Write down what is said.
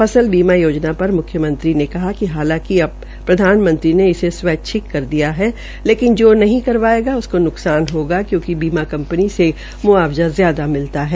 फसल बीमा योजना पर मुख्यमंत्री ने कहा कि हालांकि अब प्रधानमंत्री ने इसे स्वैच्छिक कर दिया है लेकिन जो नहीं करवायेंगा उसकों न्कसान होगा क्यूकि बीमा कंपनी से मुआवजा ज्यादा मिलता है